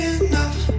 enough